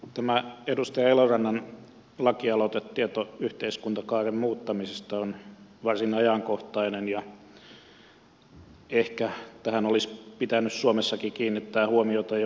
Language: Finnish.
tämä edustaja elorannan lakialoite tietoyhteiskuntakaaren muuttamisesta on varsin ajankohtainen ja ehkä tähän olisi pitänyt suomessakin kiinnittää huomiota jo aikaisemmin